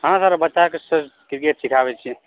हाँ सर बच्चाकेँ sir cricket सिखाबै छी